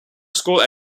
school